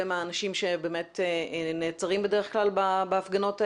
מהאנשים שבאמת נעצרים בדרך כלל בהפגנות האלה,